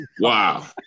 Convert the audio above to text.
Wow